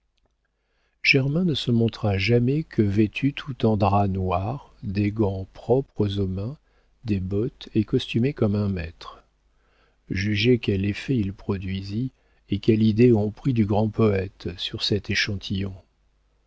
germain ne se montra jamais que vêtu tout de drap noir des gants propres aux mains des bottes et costumé comme un maître jugez quel effet il produisit et quelle idée on prit du grand poëte sur cet échantillon